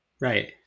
Right